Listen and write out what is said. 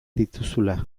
dituzula